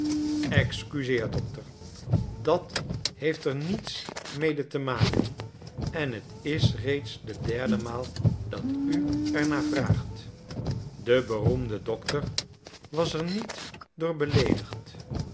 excuseer dokter dat heeft er niets mede te maken en t is reeds de derde maal dat u er naar vraagt de beroemde dokter was er niet door beleedigd